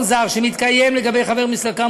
זר שמתקיים לגבי חבר מסלקה,